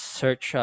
search